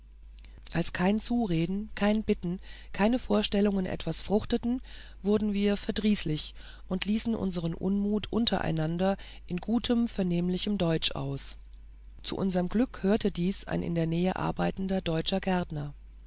als kein zureden kein bitten keine vorstellungen etwas fruchteten wurden wir verdrießlich und ließen unseren unmut untereinander in gutem vernehmlichem deutsch aus zu unserem glück hörte dies ein in der nähe arbeitender deutscher gärtner